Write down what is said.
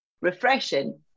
refreshing